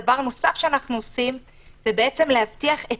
דבר נוסף שאנחנו עושים זה בעצם להבטיח את